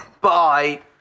Bye